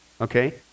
okay